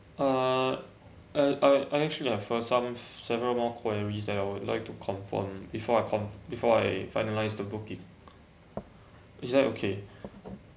uh I I I actually for some several more queries that I would like to confirm before I com~ before I finalise the booking is that okay